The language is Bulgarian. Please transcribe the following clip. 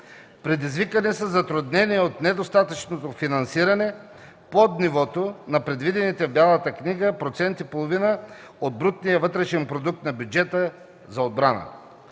Предизвикани са затруднения от недостатъчното финансиране под нивото от предвидените в Бялата книга 1,5 на сто от брутния вътрешен продукт на бюджета за отбрана.